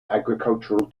agricultural